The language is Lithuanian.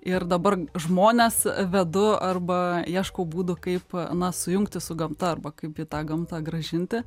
ir dabar žmones vedu arba ieškau būdų kaip na sujungti su gamta arba kaip į gamtą grąžinti